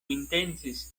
intencis